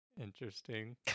interesting